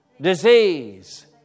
disease